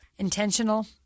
Intentional